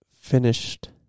finished